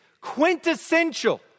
quintessential